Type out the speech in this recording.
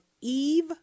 Eve